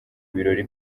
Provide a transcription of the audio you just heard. ibirori